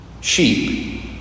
Sheep